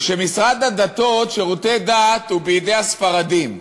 משרד הדתות, שירותי דת, הוא בידי הספרדים.